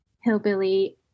hillbilly